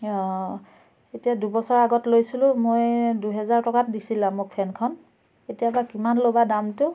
অঁ এতিয়া দুবছৰৰ আগত লৈছিলোঁ মই দুহেজাৰ টকাত দিছিলা মোক ফেনখন এতিয়া বা কিমান ল'বা দামটো